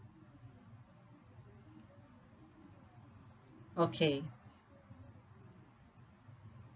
okay